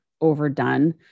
overdone